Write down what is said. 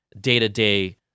day-to-day